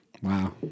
Wow